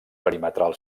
perimetral